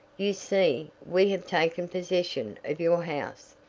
you see, we have taken possession of your house.